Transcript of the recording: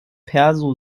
perso